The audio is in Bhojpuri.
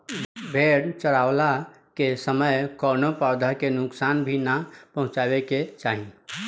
भेड़ चरावला के समय कवनो पौधा के नुकसान भी ना पहुँचावे के चाही